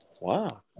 Wow